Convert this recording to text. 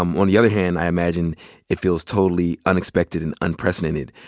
um on the other hand, i imagine it feels totally unexpected and unprecedented.